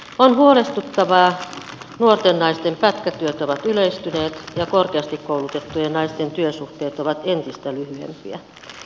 on huolestuttavaa että nuorten naisten pätkätyöt ovat yleistyneet ja korkeasti koulutettujen naisten työsuhteet ovat entistä lyhyempiä